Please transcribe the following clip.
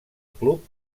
club